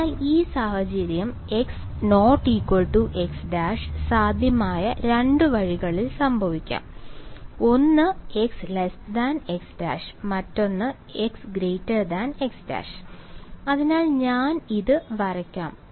അതിനാൽ ഈ സാഹചര്യം x⧧x′ സാധ്യമായ രണ്ട് വഴികളിൽ സംഭവിക്കാം ഒന്ന് x x′ മറ്റൊന്ന് x x′ അതിനാൽ ഞാൻ ഇത് വരയ്ക്കാം